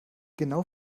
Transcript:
genau